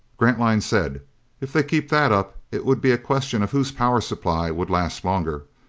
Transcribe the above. grantline said if they kept that up, it would be a question of whose power supply would last longer.